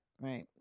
right